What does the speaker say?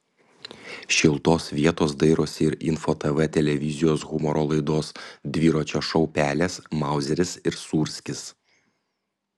šiltos vietos dairosi ir info tv televizijos humoro laidos dviračio šou pelės mauzeris ir sūrskis